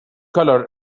colour